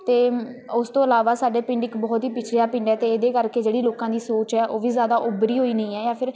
ਅਤੇ ਉਸ ਤੋਂ ਇਲਾਵਾ ਸਾਡੇ ਪਿੰਡ ਇੱਕ ਬਹੁਤ ਹੀ ਪਛੜਿਆ ਪਿੰਡ ਹੈ ਅਤੇ ਇਹਦੇ ਕਰਕੇ ਜਿਹੜੀ ਲੋਕਾਂ ਦੀ ਸੋਚ ਹੈ ਉਹ ਵੀ ਜ਼ਿਆਦਾ ਉਭਰੀ ਹੋਈ ਨਹੀਂ ਹੈ ਜਾਂ ਫਿਰ